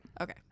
Okay